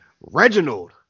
Reginald